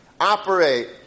operate